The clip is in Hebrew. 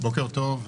בוקר טוב,